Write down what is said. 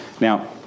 Now